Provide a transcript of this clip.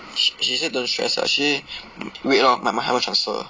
sh~ she say don't stress her she wait lor my mum haven't transfer